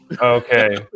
Okay